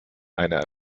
einer